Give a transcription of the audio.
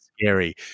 scary